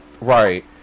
right